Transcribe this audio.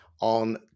on